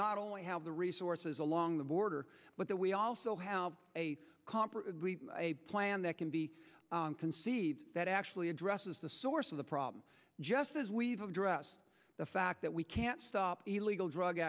not only have the resources along the border but that we also have a compromise a plan that can be conceived that actually addresses the source of the problem just as we've addressed the fact that we can't stop illegal drug